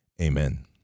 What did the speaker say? Amen